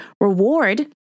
reward